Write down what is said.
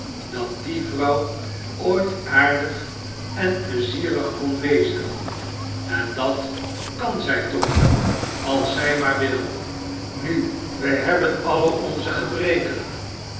dat die vrouw ooit aardig en pleizierig kon wezen en dat kan zij toch als zij maar wil nu wij hebben alien onze gebreken